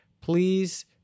please